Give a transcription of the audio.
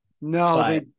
No